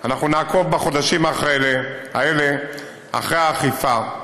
אנחנו נעקוב בחודשים האלה אחרי האכיפה.